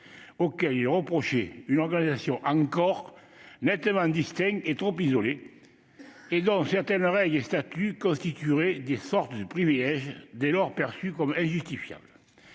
auxquels il est reproché une organisation en corps nettement distincts et trop isolés et dont certaines règles et certains statuts constitueraient des sortes de privilèges perçus comme injustifiables.